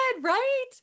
right